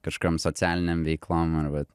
kažkokiom socialinėm veiklom arba